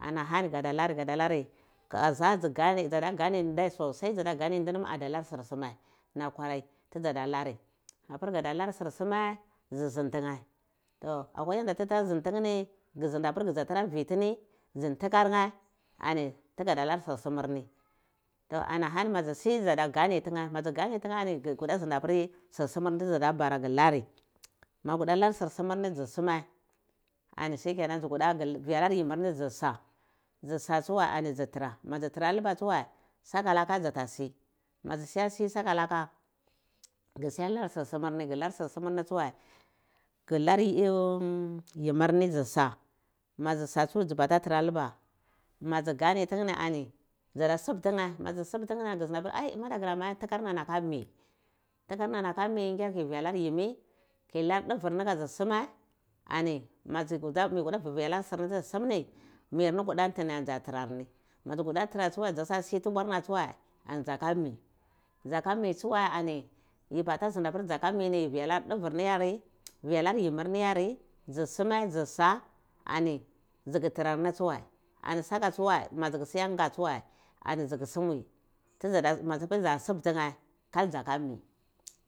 Ana hani gada lari gadalari kasa dzi gane dzadiya gane ndai sosai dza diya ganenai nam alar sir suma nam kwaray ti dzada lari apir gada lar sir sumai dzi zim tune toh apayunda ti dzi tara ndi tine nhi ghi ndi apir itara vitini dzi ntikar nhe ani tigada lar sur sime ni to ana hani madzi si dzadiyagane tine madzi ghanie tine gu kuta zindap ri sur sime tuza bara gi lari makwada lar sur sumer nhch ghi lari dzi suma ani shikenan gha kuta viyarlar yimir dzl sa dzu sa tsuwai ani dzu tra madzi tra luba tsuwai sakalatea dzatasi ma dzu tsuwa si sakalaka ghi siya lar sir sumer nigu lar sur simir ni tsuwai gi lar yimir ni dzi sa ma dzusa tsu dza bata tara luba ma dzu ganie tine ani dzadiyo subu tine madzu subu tine ggeh nda ar ai madiagiramae ntikar na ni akami ntikar nani akami ngeh ki vi alar yimmi kilar dufer ni kadzi sumai ani maghi vi alar si sum ti dzi sum ni tarar ni madzi tuda tara ni tsuwae maza si tubarna tsuwai ani dzaka mi dzaka mi tsuwai ani yi bata nda pir yar nar yimir nir yare dzi suma dzi sa ani dzuta tarar ni tsuwai ani saka tsuwai dzu siya nga tsuwai ani dzuku summi ti dza madzi ata subbu tinhe kal dzaka mi